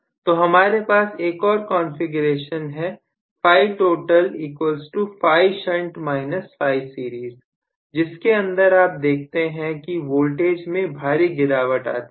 तो हमारे पास एक और कॉन्फ़िगरेशन है φφ φ जिसके अंदर आप देखते हैं कि वोल्टेज में भारी गिरावट आती है